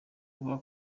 avuga